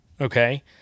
Okay